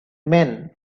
men